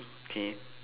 K